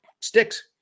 sticks